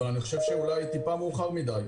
אבל אני חושב שאולי טיפה מאוחר מדי.